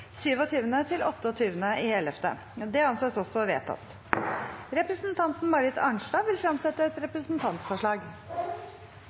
Representanten Marit Arnstad vil fremsette et